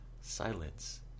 silence